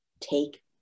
take